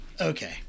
okay